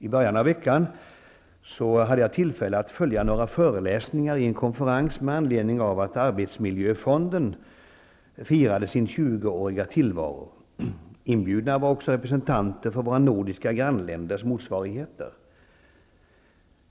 I början av veckan hade jag tillfälle att följa några föreläsningar i en konferens med anledning av att arbetsmiljöfonden firade sin 20-åriga tillvaro. Inbjudna var också representanter för våra nordiska grannländers motsvarigheter.